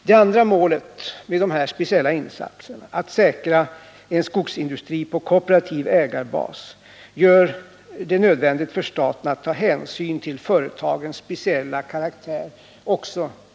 Det andra målet för dessa speciella insatser, dvs. att säkra en skogsindustri på kooperativ ägarbas, gör det nödvändigt för staten att ta hänsyn till företagens speciella karaktär.